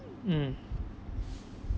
mm